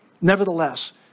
nevertheless